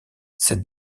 cette